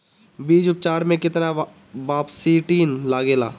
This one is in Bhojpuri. बीज उपचार में केतना बावस्टीन लागेला?